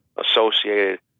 Associated